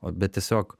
bet tiesiog